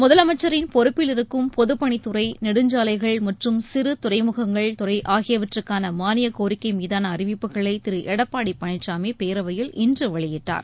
முதலமைச்சரின் பொறுப்பில் இருக்கும் பொதுப் பணித் துறை நெடுஞ்சாலைகள் மற்றும் சிறு துறைமுகங்கள் துறை ஆகியவற்றுக்கான மானியக்கோரிக்கை மீதான அறிவிப்புகளை திரு எடப்பாடி பழனிசாமி பேரவையில் இன்று வெளியிட்டார்